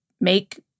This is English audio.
make